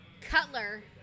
Cutler